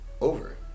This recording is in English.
over